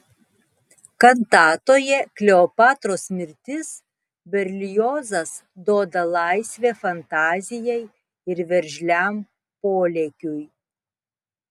kantatoje kleopatros mirtis berliozas duoda laisvę fantazijai ir veržliam polėkiui